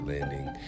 landing